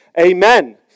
Amen